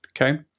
Okay